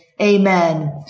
amen